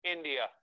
India